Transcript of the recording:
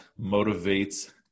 motivates